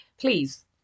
please